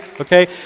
okay